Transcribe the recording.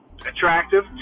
attractive